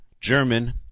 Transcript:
German